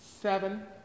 seven